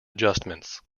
adjustments